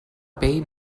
pell